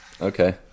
Okay